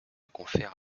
confère